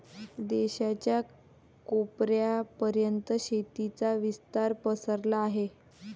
देशाच्या कोपऱ्या पर्यंत शेतीचा विस्तार पसरला आहे